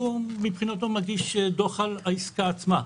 הוא מבחינתו מגיש דוח על העסקה עצמה.